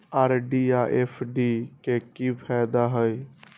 RD आ F D के कि फायदा हई?